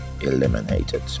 eliminated